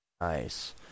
Nice